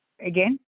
Again